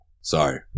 Sorry